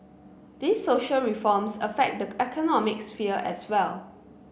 these social reforms affect the economic sphere as well